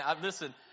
Listen